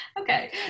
Okay